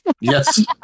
Yes